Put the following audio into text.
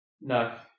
No